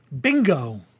Bingo